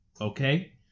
Okay